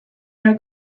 her